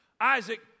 Isaac